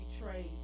betrayed